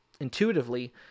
intuitively